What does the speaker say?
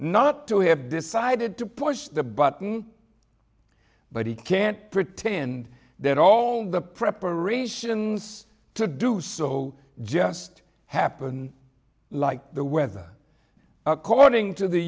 not to have decided to push the button but he can't pretend that all the preparations to do so just happened like the weather according to the